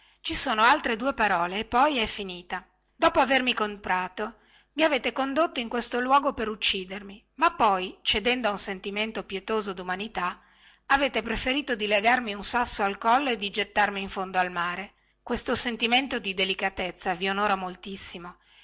ci sono altre due parole e poi è finita dopo avermi comprato mi avete condotto in questo luogo per uccidermi ma poi cedendo a un sentimento pietoso dumanità avete preferito di legarmi un sasso al collo e di gettarmi in fondo al mare questo sentimento di delicatezza vi onora moltissimo